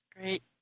Great